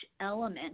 element